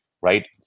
right